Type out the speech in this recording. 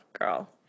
girl